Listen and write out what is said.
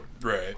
Right